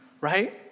right